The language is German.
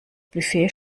buffet